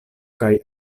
kaj